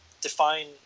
Define